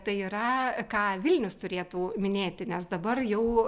tai yra ką vilnius turėtų minėti nes dabar jau